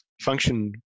function